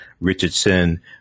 Richardson